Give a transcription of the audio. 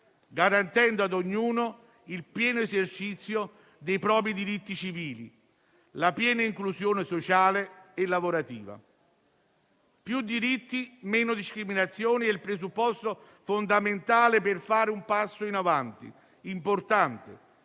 garantendo a ognuno il pieno esercizio dei propri diritti civili, la piena inclusione sociale e lavorativa. Più diritti e meno discriminazioni è il presupposto fondamentale per fare un passo in avanti importante,